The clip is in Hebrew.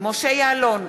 משה יעלון,